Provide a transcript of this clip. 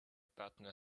partner